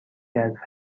کرد